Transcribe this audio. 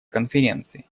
конференции